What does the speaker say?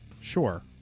Sure